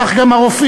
כך גם הרופאים,